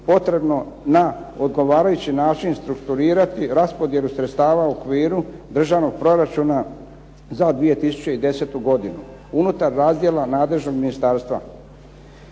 potrebno na odgovarajući način strukturirati raspodjelu sredstava u okviru Državnog proračuna za 2010. godinu unutar razdjela nadležnog ministarstva.